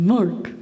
Mark